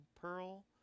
Pearl